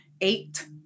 eight